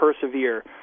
persevere